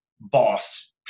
boss